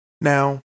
Now